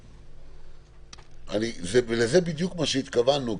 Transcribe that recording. לזה בדיוק התכוונו.